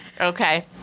Okay